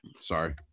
Sorry